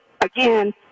again